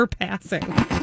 passing